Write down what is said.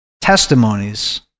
testimonies